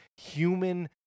human